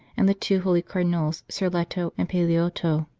and the two holy cardinals sirletto and paleotto.